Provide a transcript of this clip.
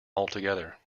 altogether